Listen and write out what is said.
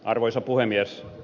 arvoisa puhemies